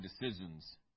decisions